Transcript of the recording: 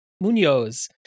Munoz